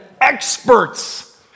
experts